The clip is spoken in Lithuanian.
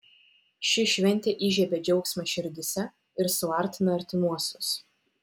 ši šventė įžiebia džiaugsmą širdyse ir suartina artimuosius